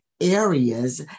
areas